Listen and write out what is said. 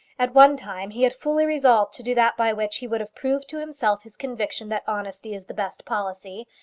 at one time he had fully resolved to do that by which he would have proved to himself his conviction that honesty is the best policy,